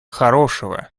хорошего